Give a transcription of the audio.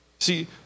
See